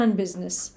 business